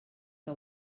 que